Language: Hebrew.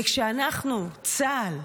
וכשאנחנו, צה"ל,